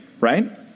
right